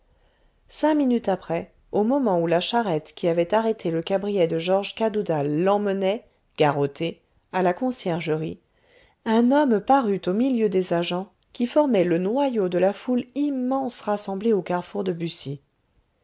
cinq minutes après au moment où la charrette qui avait arrêté le cabriolet de georges cadoudal l'emmenait garrotté à la conciergerie un homme parut au milieu des agents qui formaient le noyau de la foule immense rassemblée au carrefour de buci